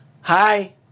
hi